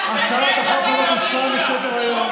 הכנסת, הצעת החוק הזאת הוסרה מסדר-היום.